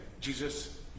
Jesus